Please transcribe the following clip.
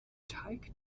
teig